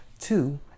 Two